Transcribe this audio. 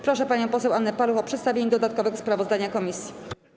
Proszę panią poseł Annę Paluch o przedstawienie dodatkowego sprawozdania komisji.